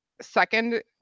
Second